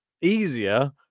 easier